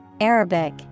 Arabic